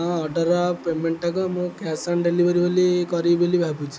ହଁ ଅର୍ଡ଼ର୍ ପେମେଣ୍ଟାକୁ ମୁଁ କ୍ୟାସ୍ ଅନ୍ ଡେଲିଭରି ବୋଲି କରିବି ବୋଲି ଭାବୁଛିି